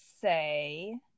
say